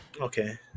Okay